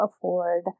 afford